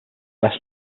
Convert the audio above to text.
less